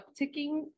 upticking